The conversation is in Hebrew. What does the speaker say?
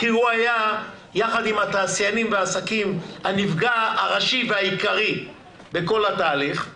כי הוא היה יחד עם התעשיינים והעסקים הנפגע הראשי והעיקרי בכל התהליך,